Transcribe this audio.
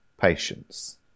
patience